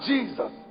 Jesus